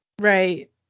Right